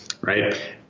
right